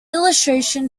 illustration